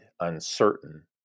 uncertain